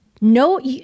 No